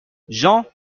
jean